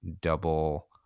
double